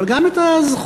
אבל גם את הזכויות,